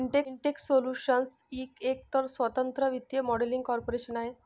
Intex solutions Inc एक स्वतंत्र वित्तीय मॉडेलिंग कॉर्पोरेशन आहे